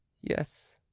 yes